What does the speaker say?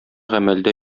гамәлдә